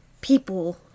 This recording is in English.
people